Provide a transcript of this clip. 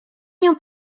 nią